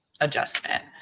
adjustment